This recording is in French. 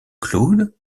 claude